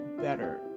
better